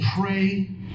pray